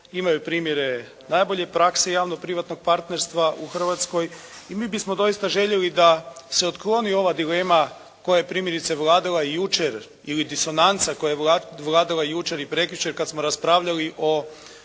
Imaju primjere najbolje prakse javno-privatnog partnerstva u Hrvatskoj i mi bismo doista željeli da se otkloni ova dilema koja je primjerice vladala i jučer ili disonanca koja je vladala jučer i prekjučer kada smo raspravljali o